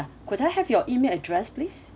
could I have your email address please